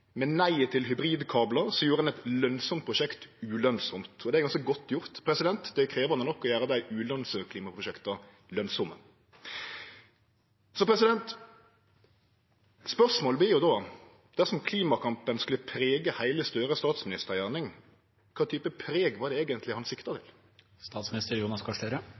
nei til hybridkablar gjorde ein eit lønsamt prosjekt ulønsamt, og det er ganske godt gjort. Det er krevjande nok å gjere dei ulønsame klimaprosjekta lønsame. Spørsmålet vert då: Dersom klimakampen skulle prege heile statsministergjerninga til Støre, kva type preg var det eigentleg han sikta